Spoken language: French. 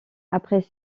après